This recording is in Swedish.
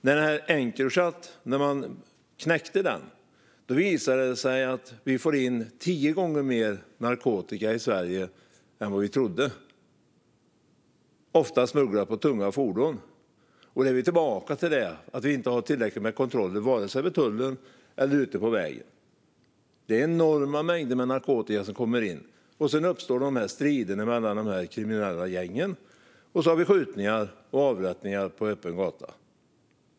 När man knäckte Encrochat visade det sig att vi får in tio gånger mer narkotika i Sverige än vi trodde, ofta smugglad i tunga fordon. Då är vi tillbaka till att vi inte har tillräckligt med kontroller, vare sig vid tullen eller ute på vägen. Det är enorma mängder narkotika som kommer in, och då uppstår strider mellan de kriminella gängen och vi får skjutningar och avrättningar på öppen gata.